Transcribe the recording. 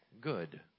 good